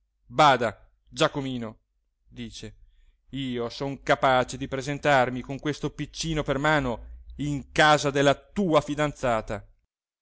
bada giacomino dice io son capace di presentarmi con questo piccino per mano in casa della tua fidanzata